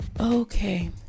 Okay